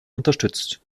unterstützt